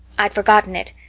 i'd forgotten it,